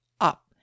up